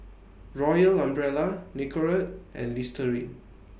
Royal Umbrella Nicorette and Listerine